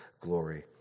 glory